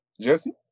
Jesse